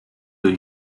del